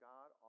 God